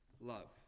love